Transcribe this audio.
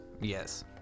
Yes